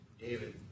David